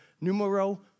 numero